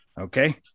Okay